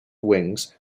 wings